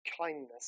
kindness